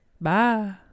Bye